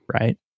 right